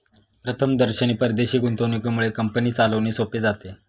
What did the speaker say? प्रथमदर्शनी परदेशी गुंतवणुकीमुळे कंपनी चालवणे सोपे जाते